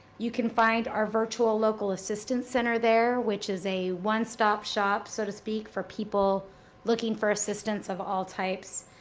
you can find our virtual local assistance center there, which is a one-stop shop so to speak for people looking for assistance of all types.